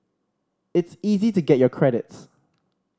it's easy to get your credits